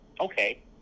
okay